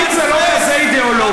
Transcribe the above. אם זה לא כזה אידיאולוגי,